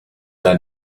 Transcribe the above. their